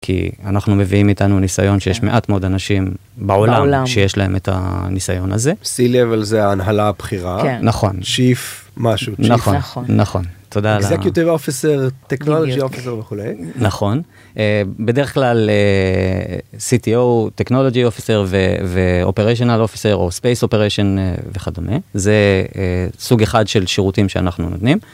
כי אנחנו מביאים איתנו ניסיון שיש מעט מאוד אנשים בעולם שיש להם את הניסיון הזה. C-level זה, ההנהלה הבכירה. נכון. צ'ייף משהו. -נכון, נכון. - Executive Officer, Technology Officer וכו'. - נכון, בדרך כלל CTO, טכנולוגי אופסר ואופרשנל אופסר או ספייס אופרשן וכדומה, זה סוג אחד של שירותים שאנחנו נותנים.